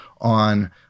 on